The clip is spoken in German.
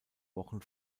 wochen